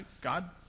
God